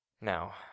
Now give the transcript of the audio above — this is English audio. Now